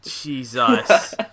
Jesus